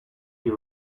you